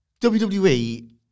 WWE